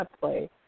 play